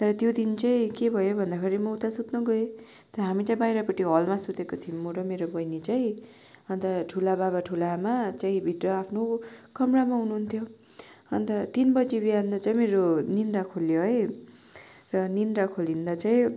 तर त्यो दिन चाहिँ के भयो भन्दाखेरि म उता सुत्न गएँ त्यहाँ हामी चाहिँ बाहिरपट्टि हलमा सुतेको थियौँ म र मेरो बहिनी चाहिँ अन्त ठुलोबाबा ठुलोआमा चाहिँ भित्र आफ्नो कमरामा हुनुहुन्थ्यो अन्त तिन बजे बिहान चाहिँ मेरो निद्रा खुल्यो है र निद्रा खुलिँदा चाहिँ